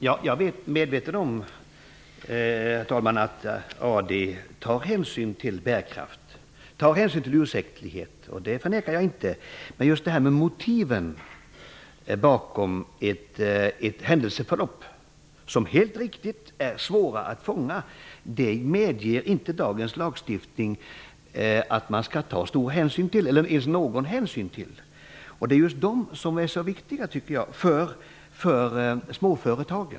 Herr talman! Jag är medveten om att AD tar hänsyn till bärkraft och ursäktlighet. Det förnekar jag inte. Men dagens lagstiftning medger inte att man tar stor eller ens någon hänsyn till just motiven bakom ett händelseförlopp. De är, helt riktigt, svåra att fånga. Det är just dessa motiv som är så viktiga för småföretagen.